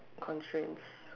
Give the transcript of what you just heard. constraints